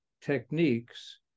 techniques